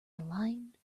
aligned